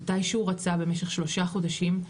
מתי שהוא רצה במשך שלושה חודשים,